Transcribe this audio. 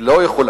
היא לא יכולה.